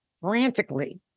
frantically